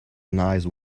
nice